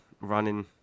running